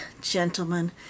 gentlemen